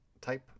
type